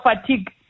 fatigue